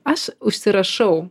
aš užsirašau